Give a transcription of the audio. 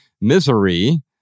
misery